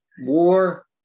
War